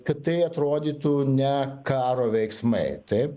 kad tai atrodytų ne karo veiksmai taip